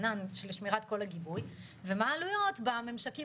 ענן לשמירת כל הגיבוי ומה העלויות בממשקים